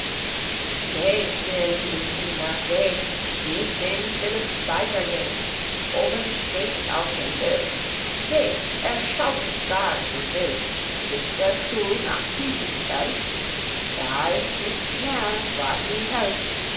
seht ihr lieben kinder seht wie's dem philipp weiter geht oben steht es auf dem bild seht er schaukelt gar zu wild bis der stuhl nach hinten fällt da ist nichts mehr was ihn hält